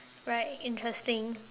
right interesting